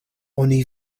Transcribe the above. oni